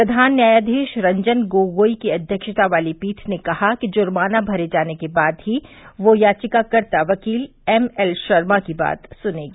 प्रधान न्यायाधीश रंजन गोगोई की अध्यक्षता वाली पीठ ने कहा कि जुर्माना भरे जाने के बाद ही वो याचिकाकर्ता वकील एमएल शर्मा की बात सुनेगी